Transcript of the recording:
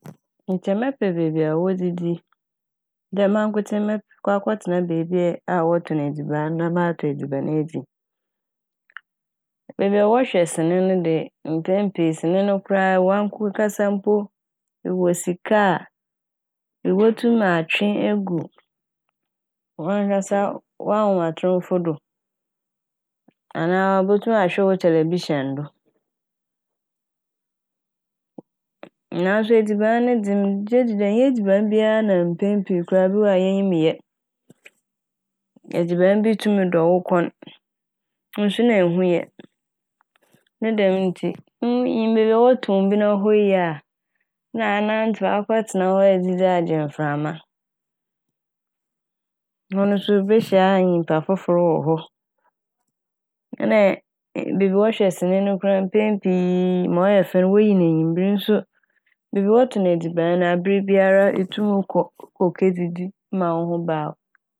Nkyɛ mɛpɛ beebi a wodzidzi dɛ mankotsee mɔkɔ akɛtsena beebi a wɔtɔn edziban na matɔ edziban edzi. Beebi a wɔhwɛ sene no de, mpɛn pii sene no koraa ɔannko-kasa mpo ɛwɔ sika a ibotum atwe egu wankasa w'ahomatrofo do anaa ibotum ahwɛ wɔ tɛlɛbihyɛn do naaso edziban ne dze megye dzi dɛ ɔnnyɛ edziban bia na mpɛn pii no yenyim yɛ. Bi wɔ hɔ a edziban bi tum dɔ wo kɔn nso nna ennhu yɛ. Ne dɛm ntsi inyim beebi a wɔtɔn bi na hɔ ye a na anantsew akɔtsena hɔn edzidzi agye mframa. Ɔno so ebehyia nyimpa fofor wɔ hɔ ɛne beebi a woyi sene no mpɛn pii ma ɔyɛ fɛw no woyi no ewimber nso beebi a wɔtɔn edziban no aberbiara etum kɔ kedzidzi ma woho baa w'.